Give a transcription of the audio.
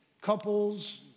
couples